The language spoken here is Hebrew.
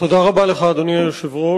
תודה רבה לך, אדוני היושב-ראש.